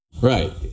Right